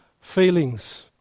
feelings